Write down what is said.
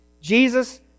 Jesus